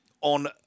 on